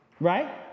right